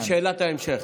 בשאלת ההמשך.